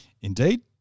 Indeed